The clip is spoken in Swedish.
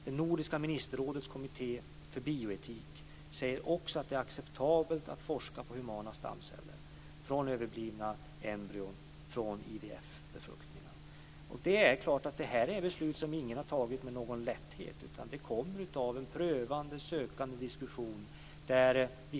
Det nordiska ministerrådets kommitté för bioetik säger också att det är acceptabelt att forska på humana stamceller från överblivna embryon från IVF-befruktningar. Det är klart att det här är beslut som ingen har tagit med någon lätthet, utan det här kommer av en prövande, sökande diskussion.